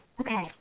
Okay